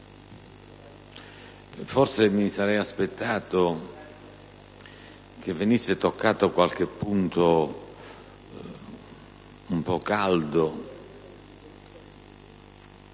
fornito. Mi sarei aspettato che venisse toccato qualche punto un po' caldo,